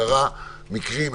קרו מקרים,